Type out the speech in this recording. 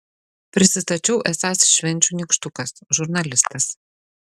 prisistačiau esąs švenčių nykštukas žurnalistas